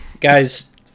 Guys